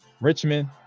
Richmond